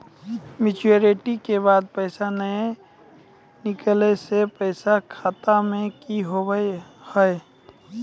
Maturity के बाद पैसा नए निकले से पैसा खाता मे की होव हाय?